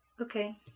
okay